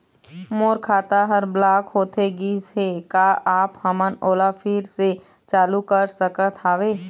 मोर खाता हर ब्लॉक होथे गिस हे, का आप हमन ओला फिर से चालू कर सकत हावे?